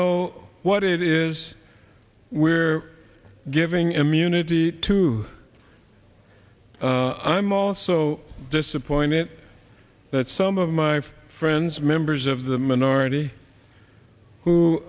know what it is we're giving immunity to i'm also disappointed that some of my friends members of the minority who